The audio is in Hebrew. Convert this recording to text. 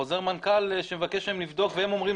חוזר מנכ"ל שמבקש מהם לבדוק והם אומרים